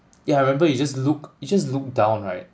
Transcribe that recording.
yeah I remember you just look you just look down right